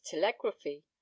telegraphy